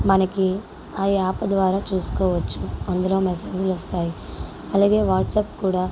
మనకి ఆ యాప్ ద్వారా చూసుకోవచ్చు అందులో మెసేజ్లు వస్తాయి అలాగే వాట్సప్ కూడా